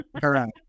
Correct